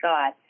God